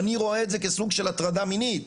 אני רואה את זה כסוג של הטרדה מינית